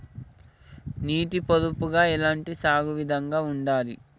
నీటి పొదుపుగా ఎలాంటి సాగు విధంగా ఉండాలి?